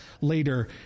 later